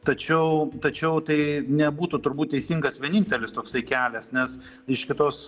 tačiau tačiau tai nebūtų turbūt teisingas vienintelis toksai kelias nes iš kitos